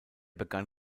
begann